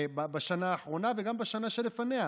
בשנה האחרונה וגם בשנה שלפניה,